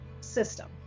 system